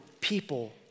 people